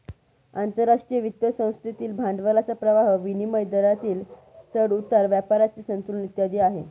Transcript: आंतरराष्ट्रीय वित्त संस्थेतील भांडवलाचा प्रवाह, विनिमय दरातील चढ उतार, व्यापाराचे संतुलन इत्यादी आहे